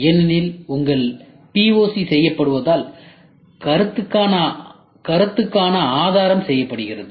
ஏனெனில் POC செய்யப்படுவதால் கருத்துக்கான ஆதாரம் செய்யப்படுகிறது